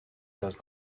does